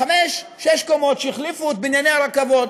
חמש-שש קומות שהחליפו את בנייני הרכבות.